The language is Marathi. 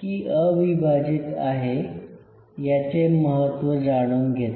की अविभाजीत आहे याचे महत्व जाणून घेतले